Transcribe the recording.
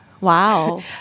Wow